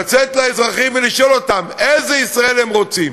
לצאת לאזרחים ולשאול אותם איזו ישראל הם רוצים.